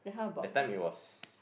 that time it was